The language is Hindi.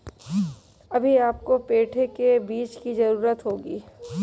अभी हमको पेठे के बीज की जरूरत होगी